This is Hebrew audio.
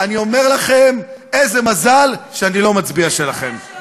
אני אומר לכם, איזה מזל שאני לא מצביע שלכם.